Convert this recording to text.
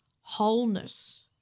wholeness